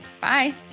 Bye